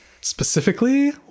Specifically